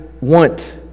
want